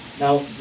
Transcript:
Now